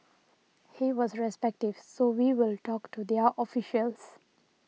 he was receptive so we will talk to their officials